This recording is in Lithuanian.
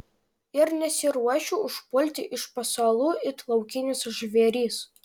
ir nesiruošiu užpulti iš pasalų it laukinis žvėris